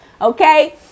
Okay